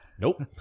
nope